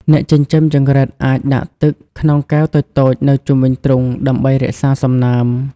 អ្នកចិញ្ចឹមចង្រិតអាចដាក់ទឹកក្នុងកែវតូចៗនៅជុំវិញទ្រុងដើម្បីរក្សាសំណើម។